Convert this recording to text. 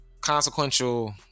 consequential